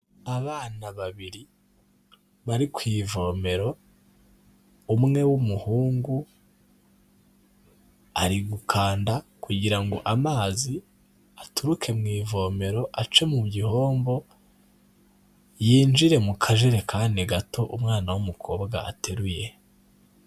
Abana babiri bari ku ivomero umwe w'umuhungu ari gukanda kugira ngo amazi aturuke mu ivomero ace mu gihombo yinjire mu kajerekani gato umwana w'umukobwa ateruye.